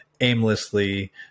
aimlessly